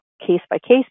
case-by-case